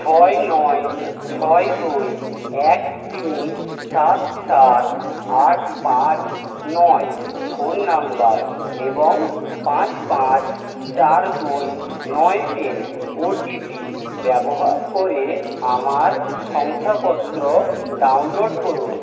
ছয় নয় ছয় দুই এক তিন সাত সাত আট পাঁচ নয় ফোন নাম্বার এবং পাঁচ পাঁচ চার দুই নয় তিন ওটিপি ব্যবহার করে আমার শংসাপত্র ডাউনলোড করুন